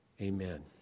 amen